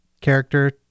character